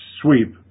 sweep